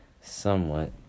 Somewhat